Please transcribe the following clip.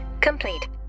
complete